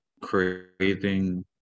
creating